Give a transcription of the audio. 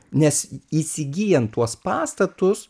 nes įsigyjant tuos pastatus